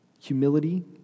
humility